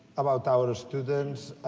about our students.